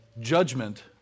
judgment